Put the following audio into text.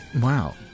Wow